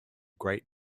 great